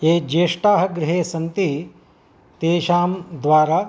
ये ज्येष्ठाः गृहे सन्ति तेषां द्वारा